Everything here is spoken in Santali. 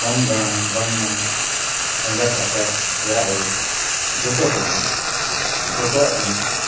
ᱦᱚᱱ ᱜᱟᱬᱟ ᱵᱟᱝᱢᱟ ᱮᱸᱜᱟᱛ ᱟᱯᱟᱛ ᱮᱨᱟ ᱩᱨᱩ ᱡᱷᱚᱛᱚ ᱠᱚᱜᱮ ᱡᱷᱚᱛᱚᱣᱟᱜ ᱡᱤᱱᱤᱥ